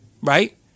right